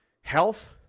health